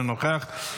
אינו נוכח,